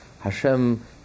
Hashem